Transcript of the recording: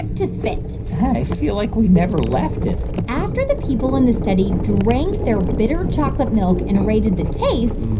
to spit i feel like we never left it after the people in the study drank their bitter chocolate milk and rated the taste,